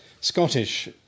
Scottish